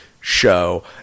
show